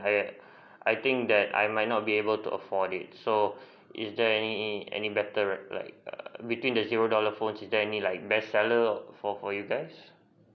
I I think that I might not be able to afford it so is there any any better like between the zero dollar phones is there any like bestseller for for you guys